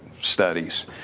studies